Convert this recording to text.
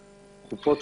גופים